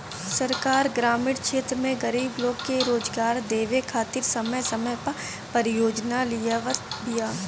सरकार ग्रामीण क्षेत्र में गरीब लोग के रोजगार देवे खातिर समय समय पअ परियोजना लियावत बिया